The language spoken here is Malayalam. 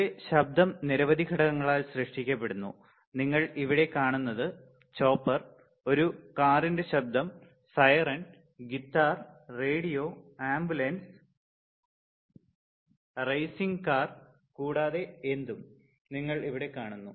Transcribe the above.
പൊതുവേ ശബ്ദം നിരവധി ഘടകങ്ങളാൽ സൃഷ്ടിക്കപ്പെടുന്നു നിങ്ങൾ ഇവിടെ കാണുന്നത് ചോപ്പർ ഒരു കാറിന്റെ ശബ്ദം siren guitar radio ambulance racing car കൂടാതെ എന്തും നിങ്ങൾ ഇവിടെ കാണുന്നു